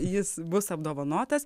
jis bus apdovanotas